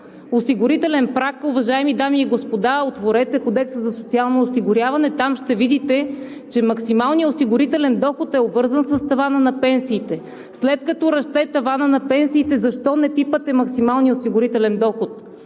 осигурителен праг, уважаеми дами и господа, отворете Кодекса за социално осигуряване и там ще видите, че максималният осигурителен доход е обвързан с тавана на пенсиите. След като расте таванът на пенсиите, защо не пипате максималния осигурителен доход?